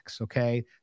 okay